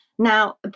Now